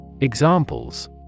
Examples